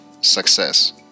success